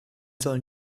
sollen